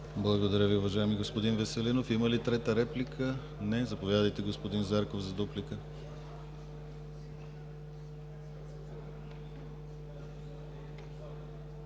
Благодаря Ви, уважаеми господин Веселинов. Има ли трета реплика? Не. Заповядайте, господин Зарков, за дуплика.